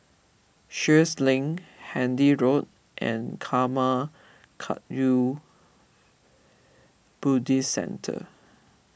Sheares Link Handy Road and Karma Kagyud Buddhist Centre